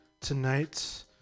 tonight